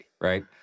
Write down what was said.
right